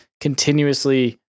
continuously